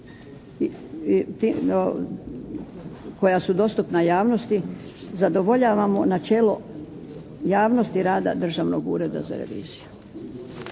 koja su dostupna javnosti, zadovoljavamo načelo javnosti rada Državnog ureda za reviziju.